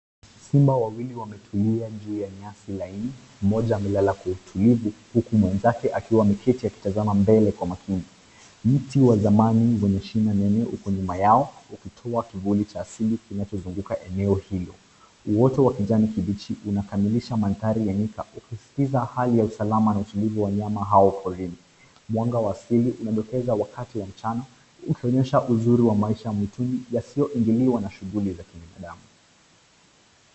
Simba wawili wametulia juu ya nyasi laini, mmoja amelala kwa utulivu huku mwenzake akiwa ameketi akitazama mbele kwa makini. Mti wa zamani wenye shina nene uko nyuma yao ukitua kivuli cha asili kinachozunguka eneo hilo. Uoto wa kijani kibichi unakamilisha mandhari ya nyika ukisikiliza hali ya usalama na utulivu wa wanyama hao porini. Mwanga wa asili unadokeza wakati wa mchana ukionyesha uzuri wa maisha ya mwituni yasiyoingiliwa na shughuli za kibinadamu.